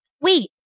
wait